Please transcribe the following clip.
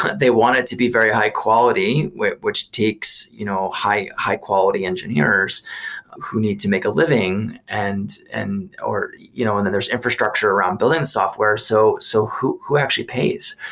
they want it to be very high quality, which which takes you know high high quality engineers who need to make a living. and and you know and then there's infrastructure around building software. so so who who actually pays?